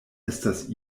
estas